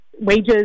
wages